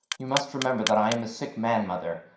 you must remember that i am a sick man, mother.